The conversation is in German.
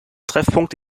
treffpunkt